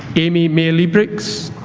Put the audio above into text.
amy mae liebregts